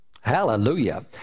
Hallelujah